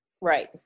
Right